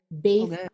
based